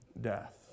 death